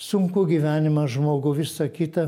sunkų gyvenimą žmogų visa kita